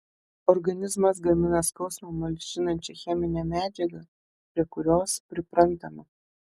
organizmas gamina skausmą malšinančią cheminę medžiagą prie kurios priprantama